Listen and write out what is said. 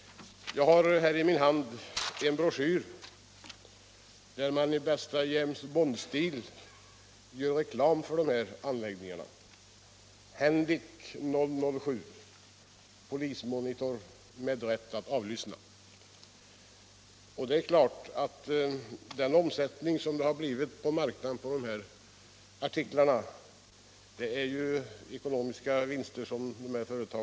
Jag har här i min hand en broschyr där man i bästa James Bond-stil gör reklam för de här anläggningarna: handic Polismonitor ”Med rätt att avlyssna” Med den avsättning som dessa artiklar fått på marknaden är det klart att företagen gör ekonomiska vinster på dem.